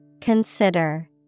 Consider